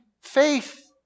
faith